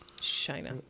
China